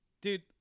Dude